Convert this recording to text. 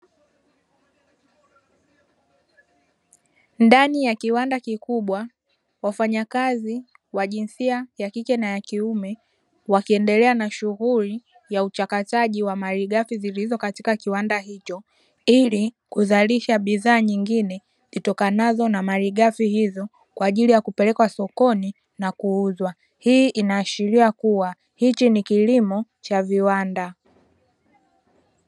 Ndani ya kiwanda kikubwa, wafanyakazi wa jinsia ya kike na ya kiume; wakiendelea na shughuli ya uchakataji wa malighafi zilizo katika kiwanda hicho ili kuzalisha bidhaa nyingine zitokanazo na malighafi hizo, kwa ajili ya kupelekwa sokoni na kuuzwa. Hii inaashiria kuwa hichi ni kilimo cha viwanda.